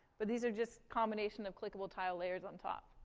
but these are just combination of clickable tile layers on top.